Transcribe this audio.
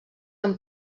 amb